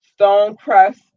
Stonecrest